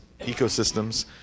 ecosystems